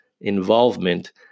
involvement